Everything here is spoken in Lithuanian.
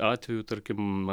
atvejų tarkim